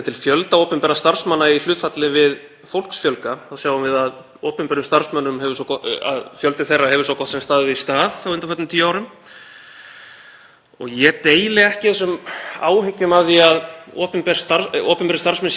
Ég deili ekki þessum áhyggjum af því að opinberir starfsmenn séu einhvern veginn á allt of góðum kjörum. Ef við skoðum bara samanburðinn sem kemur fram í nýjustu haustskýrslu kjaratölfræðinefndar,